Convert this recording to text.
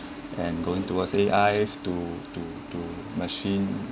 and going towards A_Is to machine